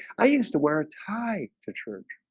i used to wear a tie to church